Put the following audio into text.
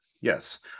Yes